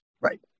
Right